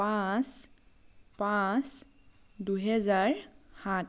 পাঁচ পাঁচ দুহেজাৰ সাত